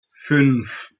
fünf